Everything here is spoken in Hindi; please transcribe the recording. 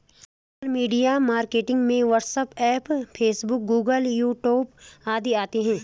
सोशल मीडिया मार्केटिंग में WhatsApp Facebook Google YouTube आदि आते है